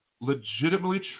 legitimately